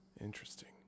Interesting